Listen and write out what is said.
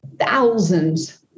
thousands